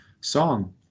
Song